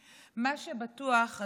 מה שבטוח, אדוני,